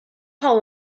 how